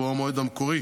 והוא המועד המקורי